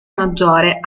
maggiore